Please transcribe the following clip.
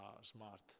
smart